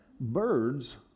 birds